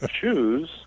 choose